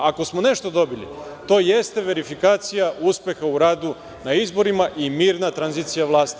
Ako smo nešto dobili, to jeste verifikacija uspeha u radu na izborima i mirna tranzicija vlasti.